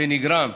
שנגרם